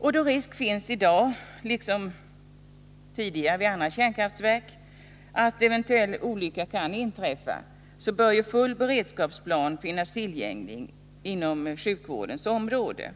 Då risk finns i dag, liksom tidigare vid andra kärnkraftverk, att en olycka kan inträffa bör full beredskapsplan finnas tillgänglig inom sjukvårdens område.